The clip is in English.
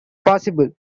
possible